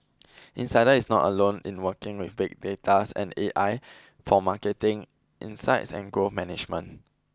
insider is not alone in working with big data and A I for marketing insights and growth management